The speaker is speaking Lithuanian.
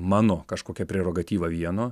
mano kažkokia prerogatyva vieno